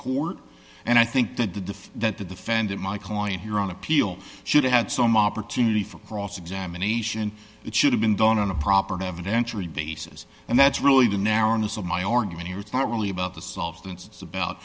court and i think that the diff that the defendant my client here on appeal should have had some opportunity for cross examination it should have been done on a proper have eventually basis and that's really the narrowness of my argument here it's not really about the solved it's about